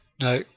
No